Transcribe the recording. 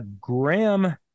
Graham